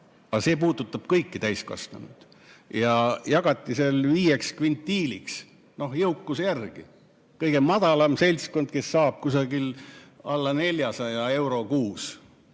Aga see puudutab kõiki täiskasvanuid. Jagati seal viieks kvintiiliks jõukuse järgi: kõige madalamal seltskond, kes saab kusagil alla 400 euro kuus,